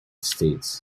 states